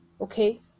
Okay